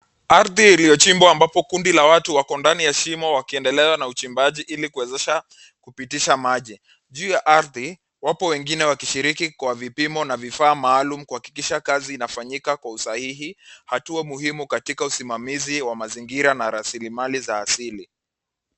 Ardhi iliyochimbwa ambapo kundi la watu wako ndani ya shimo wakiendelea na uchimbaji ili kuwezesha kupitisha maji. Juu ya ardhi, wapo wengine wakishiriki kwa vipimo na vifaa maalum kuhakikisha kazi inafanyika kwa usahihi, hatua muhimu katika usimamizi wa mazingira na rasilimali za asili.